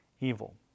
evil